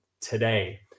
today